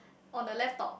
on the left top